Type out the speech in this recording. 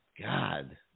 God